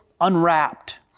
unwrapped